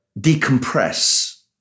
decompress